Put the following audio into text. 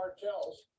cartels